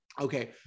Okay